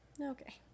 Okay